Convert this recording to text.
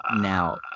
Now –